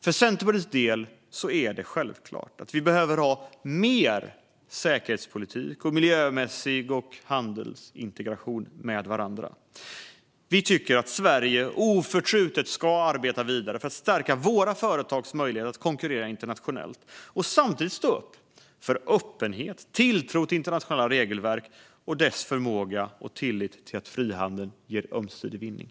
För Centerpartiet är det självklart att vi behöver mer säkerhetspolitik, miljömässig integration och handel med varandra. Vi tycker att Sverige oförtrutet ska arbeta vidare för att stärka våra företags möjligheter att konkurrera internationellt och samtidigt stå upp för öppenhet, tilltro till internationella regelverk och tillit till att frihandel leder till ömsesidig vinning.